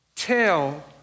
Tell